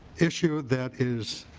issue that is